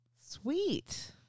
Sweet